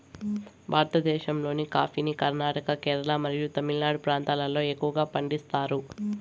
భారతదేశంలోని కాఫీని కర్ణాటక, కేరళ మరియు తమిళనాడు ప్రాంతాలలో ఎక్కువగా పండిస్తారు